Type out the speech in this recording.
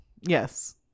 yes